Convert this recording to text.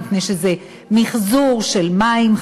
מפני שזה מִחזור של מים,